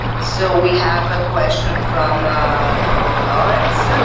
so we have a question from lawrence.